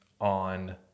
on